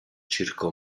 circo